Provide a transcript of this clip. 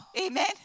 amen